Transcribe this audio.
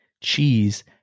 cheese